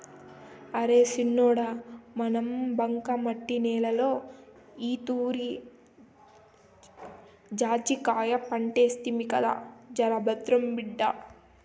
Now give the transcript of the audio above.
అరే సిన్నోడా మన బంకమట్టి నేలలో ఈతూరి జాజికాయ పంటేస్తిమి కదా జరభద్రం బిడ్డా